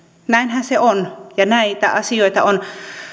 näinhän se on ja näitä asioita on